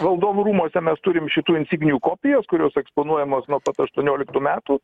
valdovų rūmuose mes turim šitų insignijų kopijas kurios eksponuojamos nuo pat aštuonioliktų metų